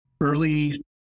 early